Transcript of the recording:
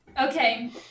Okay